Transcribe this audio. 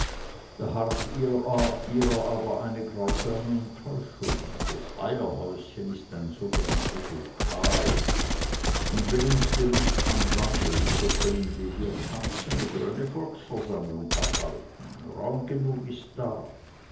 harrt ihrer aber eine grausame enttäuschung das eierhäuschen ist ein sogenanntes lokal und wenn uns die lust anwandelt so können wir da tanzen oder eine volksversammlung abhalten raum genug ist da